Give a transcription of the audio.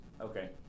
Okay